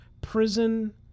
prison